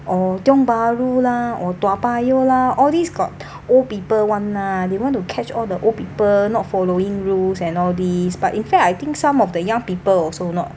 or tiong bahru lah or toa payoh lah all this got old people [one] lah they want to catch all the old people not following rules and all this but in fact I think some of the young people also not